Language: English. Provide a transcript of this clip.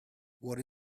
what